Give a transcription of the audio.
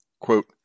quote